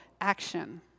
action